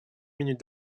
minutes